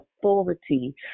authority